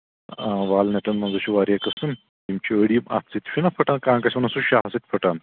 آ والنٮ۪ٹَن منٛزَے چھِ واریاہ قٕسٕم یِم چھِ أڑۍ یہِ اَتھٕ سۭتۍ چھُنہ پھٕٹان کانٛہہ کٲنسہِ وَنان سُہ شاہ سۭتۍ پھٕٹان